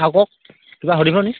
আৰু কওক কিবা সুধিব নেকি